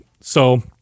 So-